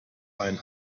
ein